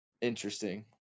Interesting